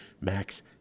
max